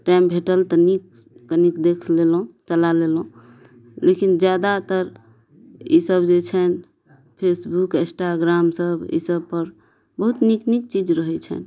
time भेटल तऽ नीक कनिक देख लेलहुॅं चला लेलहुॅं लेकिन जादातर ईसब जे छै फेसबुक इस्टाग्राम सब ई सब पर बहुत नीक नीक चीज रहै छैन